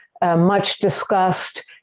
much-discussed